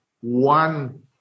one